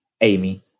Amy